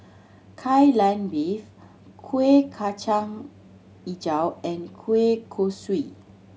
Kai Lan Beef Kuih Kacang Hijau and kueh kosui